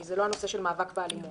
כי זה לא נושא של מאבק באלימות בכלל.